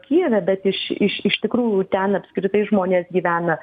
kijeve bet iš iš iš tikrųjų ten apskritai žmonės gyvena